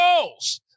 goals